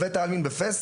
בבית העלמין בפס,